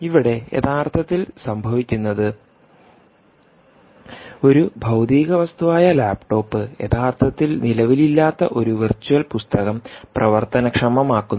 ഇവിടെ യഥാർത്ഥത്തിൽ സംഭവിക്കുന്നത് ഒരു ഭൌതിക വസ്തുവായ ലാപ്ടോപ്പ് യഥാർത്ഥത്തിൽ നിലവിലില്ലാത്ത ഒരു വെർച്വൽ പുസ്തകം പ്രവർത്തനക്ഷമമാക്കുന്നു